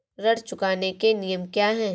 ऋण चुकाने के नियम क्या हैं?